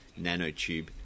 nanotube